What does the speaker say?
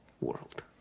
world